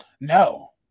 No